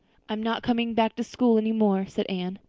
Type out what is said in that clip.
i am not coming back to school any more, said anne.